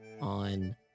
on